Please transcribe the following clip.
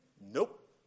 Nope